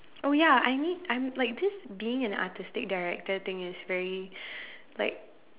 oh ya I need I'm like this being an artistic director thing is very like